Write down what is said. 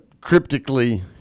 cryptically